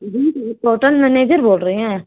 جی hotel manager بول رہے ہیں